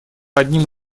одним